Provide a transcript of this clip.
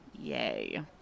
Yay